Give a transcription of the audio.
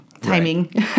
timing